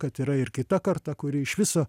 kad yra ir kita karta kuri iš viso